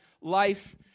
life